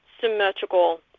symmetrical